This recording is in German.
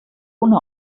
ohne